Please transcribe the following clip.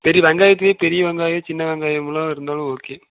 சரி வெங்காயத்திலேயும் பெரிய வெங்காயம் சின்ன வெங்காயமெல்லாம் இருந்தாலும் ஓகே